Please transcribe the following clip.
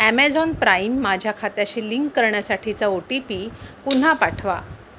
Amazon Prime माझ्या खात्याशी link करण्यासाठीचा ओ टी पी पुन्हा पाठवा